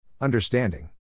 Understanding